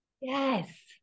Yes